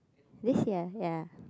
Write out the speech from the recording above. this year ya